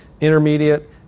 intermediate